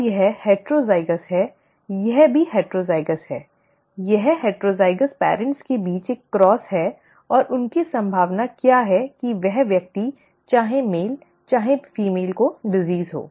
अब यह हेटरोज़ाइगस है यह भी हेटरोज़ाइगस है यह हेटरोज़ाइगस पेअरॅन्ट के बीच एक क्रॉस है और उनकी संभावना क्या है कि यह व्यक्ति चाहे मेल या फीमेल को रोग है